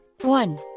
One